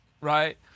right